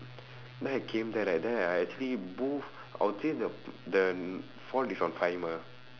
then I came there right then I actually both I'll say the fault is on